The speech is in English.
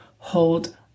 Hold